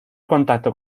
contacto